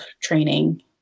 training